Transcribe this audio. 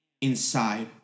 inside